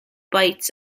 bytes